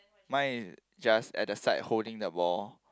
mine is just at the side holding the ball